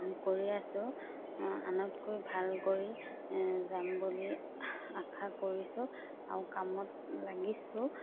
কৰি আছোঁ আনতকৈ ভাল কৰি যাম বুলি আশা কৰিছোঁ আৰু কামত লাগিছোঁ